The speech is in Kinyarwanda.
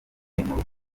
rubyiruko